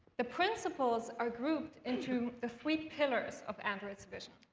the principles are grouped into the three pillars of android's vision.